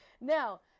now